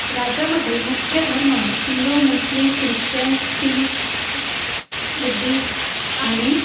राज्यामध्ये मुख्य धर्म Hindu Muslim Christian Sikh Buddhist आणि